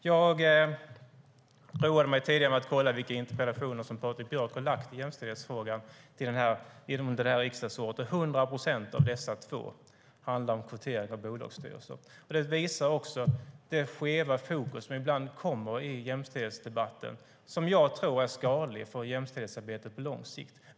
Jag roade mig tidigare med att kolla vilka interpellationer Patrik Björck ställt i jämställdhetsfrågan under detta riksmöte. 100 procent av dessa två handlar om kvotering till bolagsstyrelser. Det visar också det skeva fokus som ibland kommer i jämställdhetsdebatten och som jag tror är skadligt för jämställdhetsarbetet på lång sikt.